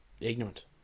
ignorant